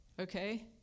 Okay